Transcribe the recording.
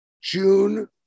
June